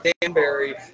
Danbury